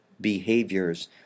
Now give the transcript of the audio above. behaviors